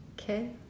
Okay